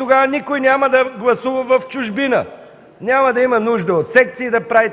тогава никой няма да гласува в чужбина. Няма да има нужда да правите